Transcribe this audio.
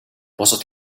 бусад